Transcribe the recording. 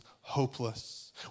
hopeless